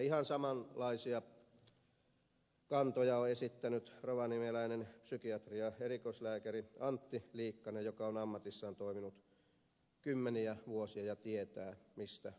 ihan samanlaisia kantoja on esittänyt rovaniemeläinen psykiatrian erikoislääkäri antti liikkanen joka on ammatissaan toiminut kymmeniä vuosia ja tietää mistä puhuu